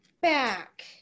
back